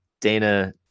Dana